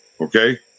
okay